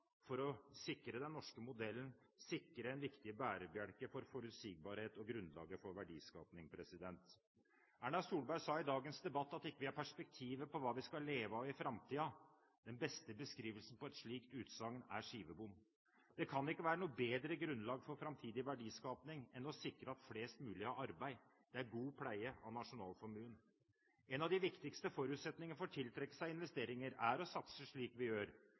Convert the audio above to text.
for å sikre den norske modellen, sikre en viktig bærebjelke for forutsigbarhet og grunnlaget for verdiskaping. Erna Solberg sa i dagens debatt at vi ikke har perspektiv på hva vi skal leve av i framtiden. Den beste beskrivelsen av et slikt utsagn er skivebom. Det kan ikke være noe bedre grunnlag for framtidig verdiskaping enn å sikre at flest mulig har arbeid. Det er god pleie av nasjonalformuen. En av de viktigste forutsetningene for å tiltrekke seg investeringer er å satse slik vi gjør